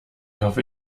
hoffe